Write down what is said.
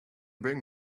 bring